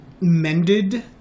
mended